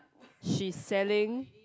she's selling